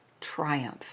triumph